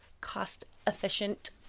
cost-efficient